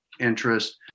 interest